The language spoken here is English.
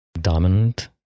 dominant